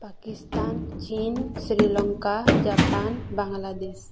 Pakistan Chin Sri Lanka Japan Bangladesh